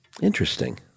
Interesting